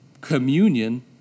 communion